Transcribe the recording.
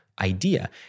idea